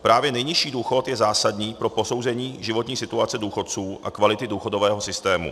Právě nejnižší důchod je zásadní pro posouzení životní situace důchodců a kvality důchodového systému.